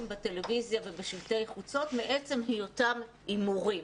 בטלוויזיה ובשלטי חוצות מעצם היותם הימורים.